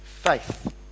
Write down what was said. faith